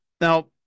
Now